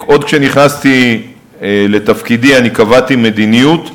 עוד כשנכנסתי לתפקידי אני קבעתי מדיניות.